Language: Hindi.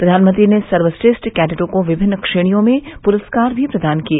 प्रधानमंत्री ने सर्वश्रेष्ठ कैडटों को विभिन्न श्रेणियों में पुरस्कार भी प्रदान किए